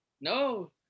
No